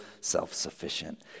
self-sufficient